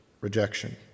rejection